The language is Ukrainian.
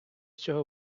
цього